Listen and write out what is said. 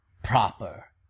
Proper